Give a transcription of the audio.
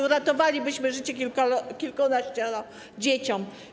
Uratowalibyśmy życie kilkanaścioro dzieciom.